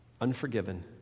unforgiven